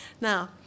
Now